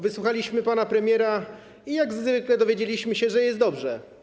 Wysłuchaliśmy pana premiera i jak zwykle dowiedzieliśmy się, że jest dobrze.